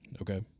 Okay